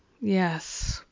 yes